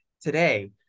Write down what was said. today –